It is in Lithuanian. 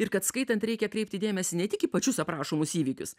kad skaitant reikia kreipti dėmesį ne tik į pačius aprašomus įvykius